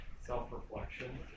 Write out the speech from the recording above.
Self-reflection